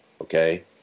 okay